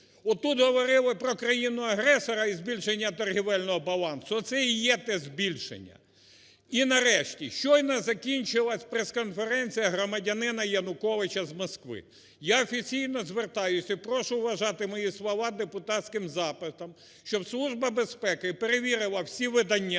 Отут говорили про країну-агресора і збільшення торгівельного балансу, оце і є те збільшення. І нарешті. Щойно закінчилася прес-конференція громадянина Януковича з Москви. Я офіційно звертаюся, прошу вважати мої слова депутатським запитом, щоб Служба безпеки перевірила всі видання,